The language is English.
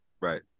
Right